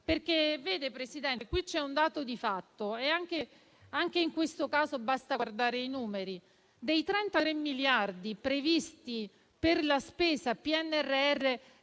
Signor Presidente, qui c'è un dato di fatto e anche in questo caso basta guardare i numeri. Dei 33 miliardi di euro previsti per la spesa del